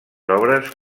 obres